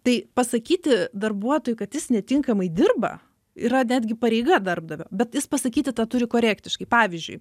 tai pasakyti darbuotojui kad jis netinkamai dirba yra netgi pareiga darbdavio bet jis pasakyti tą turi korektiškai pavyzdžiui